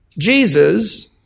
Jesus